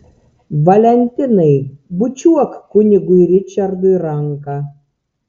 valentinai bučiuok kunigui ričardui ranką